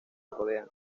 rodean